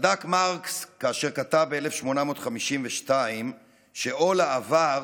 צדק מרקס כאשר כתב ב-1852 שעול העבר